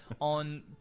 On